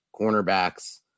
cornerbacks